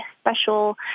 special